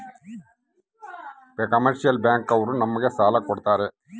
commercial bank ಅವ್ರು ನಮ್ಗೆ ಸಾಲ ಕೊಡ್ತಾರ